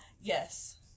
Yes